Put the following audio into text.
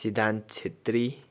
सिद्धान्त छेत्री